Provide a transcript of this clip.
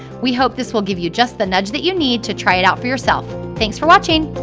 we hope this will give you just the nudge that you need to try it out for yourself. thanks for watching!